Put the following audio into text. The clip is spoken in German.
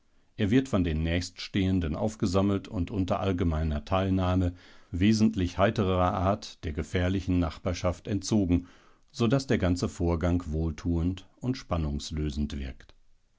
er wird von den nächststehenden aufgesammelt und unter allgemeiner teilnahme wesentlich heiterer art der gefährlichen nachbarschaft entzogen so daß der ganze vorgang wohltuend und spannungslösend wirkt